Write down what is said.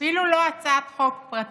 אפילו לא הצעת חוק פרטית.